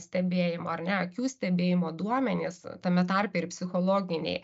stebėjimą ar ne akių stebėjimo duomenys tame tarpe ir psichologiniai